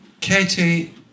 Katie